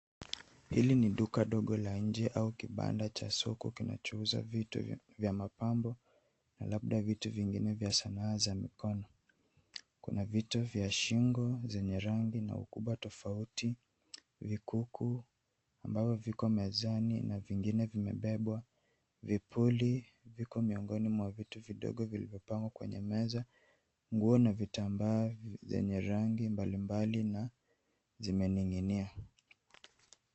Hili ni duka dogo la nje au kibanda cha soko kinachouza vitu vya mapambo na labda vitu vingine vya sanaa za mikono. Kuna vito vya shingo zenye rangi na ukubwa tofauti, vikuku ambavyo viko mezani na vingine vimebebwa, vipuli viko miongoni mwa vitu vidogo vilivyopangwa kwenye meza, nguo na vitambaa zenye rangi mbalimbali na zimening'inia.